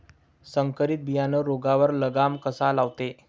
संकरीत बियानं रोगावर लगाम कसा लावते?